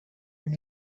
when